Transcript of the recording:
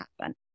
happen